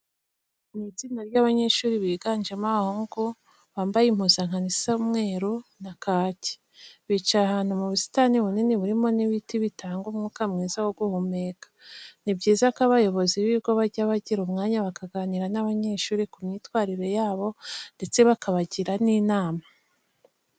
Ni itsinda ry'abanyeshuri biganjemo abahungu, bambaye impuzankano isa umweru na kake. Bicaye ahantu mu busitani bunini burimo n'ibiti bitanga umwuka mwiza wo guhumeka. Ni byiza ko abayobozi b'ibigo bajya bagira umwanya bakaganira n'abanyeshuri ku myitwarire yabo ndetse bakabagira n'inama.